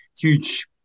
huge